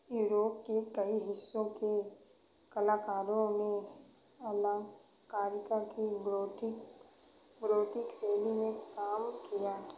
Europe के कई हिस्सों के कलाकारों ने अलंकारी करके ग्रोथिक ग्रोथिक शैली में काम किया